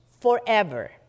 forever